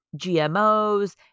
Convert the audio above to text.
GMOs